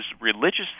religious